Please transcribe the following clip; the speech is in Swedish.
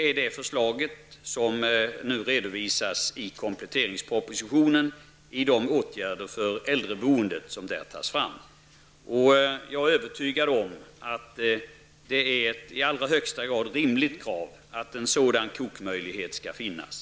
är det förslag som nu redovisas i kompletteringspropositionen beträffande åtgärder för äldreboende. Jag är övertygad om att det är ett i allra högsta grad rimligt krav att en sådan kokmöjlighet skall finnas.